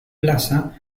plaza